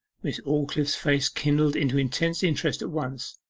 miss aldclyffe's face kindled into intense interest at once.